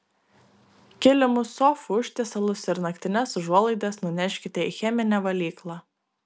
kilimus sofų užtiesalus ir naktines užuolaidas nuneškite į cheminę valyklą